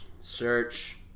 Search